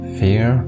fear